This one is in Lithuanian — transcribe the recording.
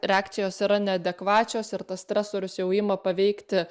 reakcijos yra neadekvačios ir tas stresorius jau ima paveikti